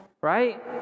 Right